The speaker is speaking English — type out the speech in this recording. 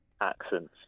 accents